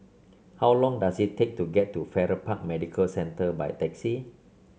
how long does it take to get to Farrer Park Medical Centre by taxi